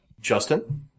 Justin